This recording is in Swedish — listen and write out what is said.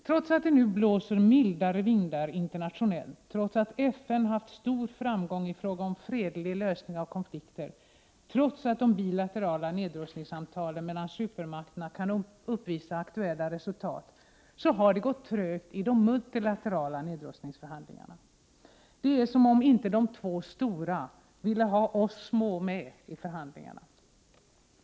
Trots att det nu blåser mildare vindar internationellt, trots att FN haft stor framgång i fråga om fredlig lösning av konflikter, trots att de bilaterala nedrustningssamtalen mellan supermakterna kan uppvisa aktuella resultat har det gått trögt i de multilaterala nedrustningsförhandlingarna. Det är som om inte de två stora ville ha oss små med i förhandlingarna.